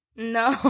No